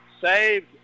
saved